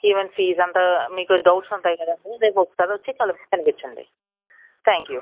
even fees అంతా మీకు doubts ఉంటాయి కదా అండి రేపు ఒకసారి వచ్చి కలు కనిపించండి థ్యాంక్యూ